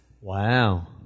Wow